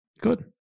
good